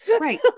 Right